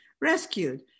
rescued